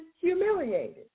humiliated